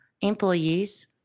employees